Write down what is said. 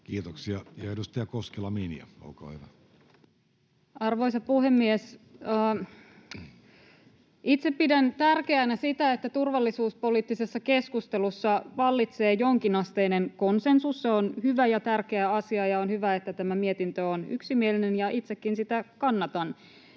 Kiitoksia. — Edustaja Koskela, Minja, olkaa hyvä. Arvoisa puhemies! Itse pidän tärkeänä sitä, että turvallisuuspoliittisessa keskustelussa vallitsee jonkinasteinen konsensus. Se on hyvä ja tärkeä asia, ja on hyvä, että tämä mietintö on yksimielinen, ja itsekin sitä kannatan.